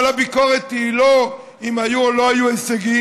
אבל הביקורת היא לא אם היו או לא היו הישגים,